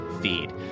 feed